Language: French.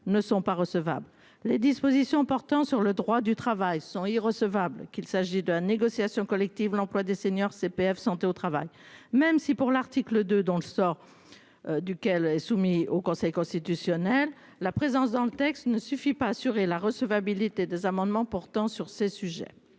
ne sont pas recevables les dispositions portant sur le droit du travail sont irrecevables qu'il s'agit de la négociation collective, l'emploi des seniors CPF santé au travail même si pour l'article 2 dont le sort. Duquel soumis au Conseil constitutionnel. La présence dans le texte ne suffit pas à assurer la recevabilité des amendements portant sur ces sujets